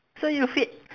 so you feed